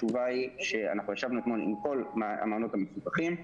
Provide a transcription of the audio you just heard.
התשובה היא שאנחנו ישבנו אתמול עם כל המעונות המפוקחים,